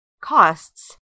costs